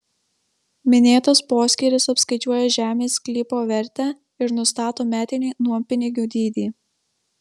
minėtas poskyris apskaičiuoja žemės sklypo vertę ir nustato metinį nuompinigių dydį